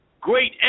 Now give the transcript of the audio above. great